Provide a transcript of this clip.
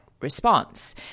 response